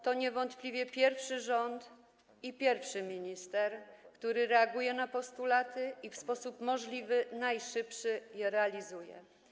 To niewątpliwie pierwszy rząd, pierwszy minister, który reaguje na postulaty i w sposób możliwie najszybszy je realizuje.